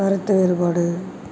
கருத்து வேறுபாடு